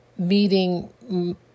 meeting